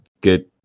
good